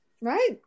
Right